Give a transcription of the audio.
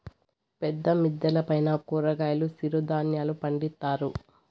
పెద్ద మిద్దెల పైన కూరగాయలు సిరుధాన్యాలు పండిత్తారు